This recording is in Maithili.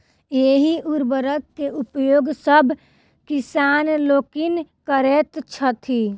एहि उर्वरक के उपयोग सभ किसान लोकनि करैत छथि